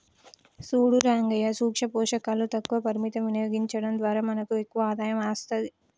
సూడు రంగయ్యా సూక్ష పోషకాలు తక్కువ పరిమితం వినియోగించడం ద్వారా మనకు ఎక్కువ ఆదాయం అస్తది